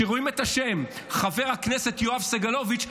כשרואים את השם חבר הכנסת יואב סגלוביץ'.